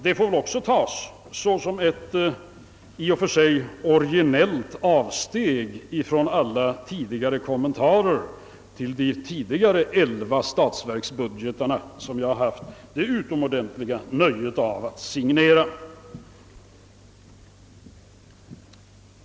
Det får väl också tas som ett i och för sig originellt avsteg från alla tidigare kommentarer till de föregående elva statsverkspropositioner, som jag haft det utomordentliga nöjet att signera.